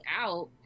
out